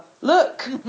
look